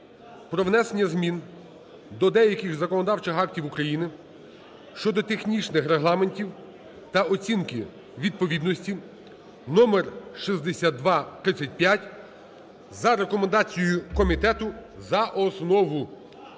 про внесення змін до деяких законодавчих актів України щодо технічних регламентів та оцінки відповідності (№ 6235) за рекомендацією комітету за основу.